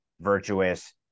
virtuous